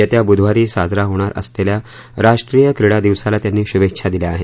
येत्या बुधवारी साजरा होणार असलेल्या राष्ट्रीय क्रीडा दिवसाला त्यांनी शुभेच्छा दिल्या आहेत